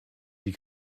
die